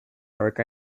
dark